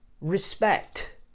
Respect